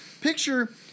picture